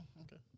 okay